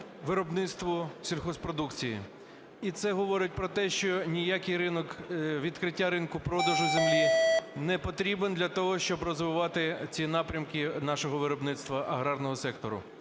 виробництву сільгосппродукції. І це говорить про те, що ніяке відкриття ринку продажу землі не потрібно для того, щоб розвивати ці напрямки нашого виробництва аграрного сектору.